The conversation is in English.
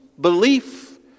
belief